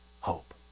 hope